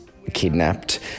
kidnapped